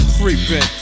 creeping